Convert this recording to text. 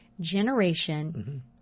generation